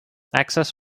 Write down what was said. access